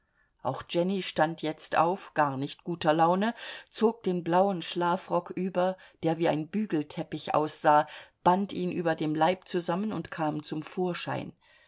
auch jenny stand jetzt auf gar nicht guter laune zog den blauen schlafrock über der wie ein bügelteppich aussah band ihn über dem leib zusammen und kam zum vorschein